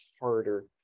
harder